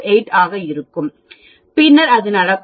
0228 ஆக இருக்கும் பின்னர் அது நடக்கும்